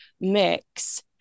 mix